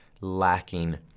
lacking